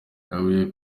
yaguye